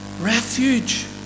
refuge